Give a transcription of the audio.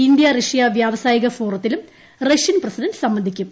India Russia വ്യാവസായിക ഫോറത്തിലും Russian president സംബന്ധിക്കും